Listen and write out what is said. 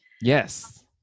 Yes